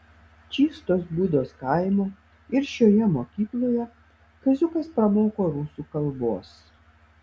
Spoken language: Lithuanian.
čystos būdos kaimo ir šioje mokykloje kaziukas pramoko rusų kalbos